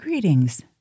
Greetings